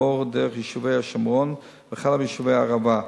עבור דרך יישובי השומרון וכלה בישובי הערבה,